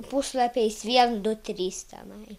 puslapiais vien du trys tenai